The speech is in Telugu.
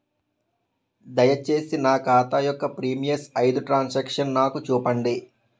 దయచేసి నా ఖాతా యొక్క ప్రీవియస్ ఐదు ట్రాన్ సాంక్షన్ నాకు చూపండి